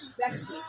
sexy